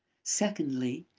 secondly,